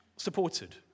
supported